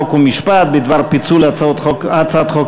חוק ומשפט בדבר פיצול הצעת חוק-יסוד: